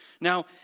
Now